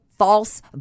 False